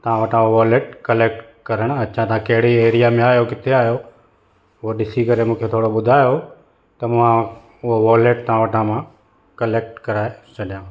तव्हां वटां उहो वॉलेट कलेक्ट करणु अचां त कहिड़ी एरिया में आयो किथे आयो उहो ॾिसी करे मूंखे थोरो ॿुधायो त मां उहो वॉलेट तव्हां वटां मां क्लैक्ट कराए छॾियां